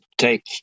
take